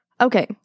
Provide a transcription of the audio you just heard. Okay